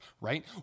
right